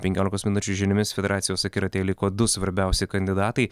penkiolikos minučių žiniomis federacijos akiratyje liko du svarbiausi kandidatai